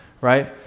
right